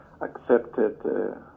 accepted